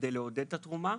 כדי לעודד את התרומה,